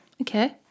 Okay